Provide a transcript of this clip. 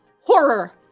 horror